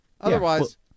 Otherwise